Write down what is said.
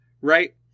right